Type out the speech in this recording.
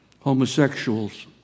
homosexuals